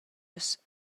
nus